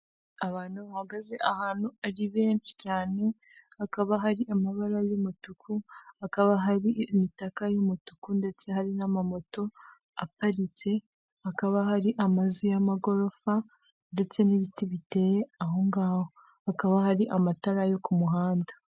Abantu bahagaze ahantu ari benshi cyane hakaba hari amabara y'umutuku, hakaba hari imitaka y'umutuku ndetse hari n'amamoto aparitse, hakaba hari amazu y'amagorofa ndetse n'ibiti biteye ahongaho, hakaba hari amatara yo ku muhanda.